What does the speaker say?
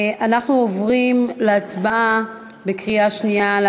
אנחנו עוברים להצבעה בקריאה שנייה על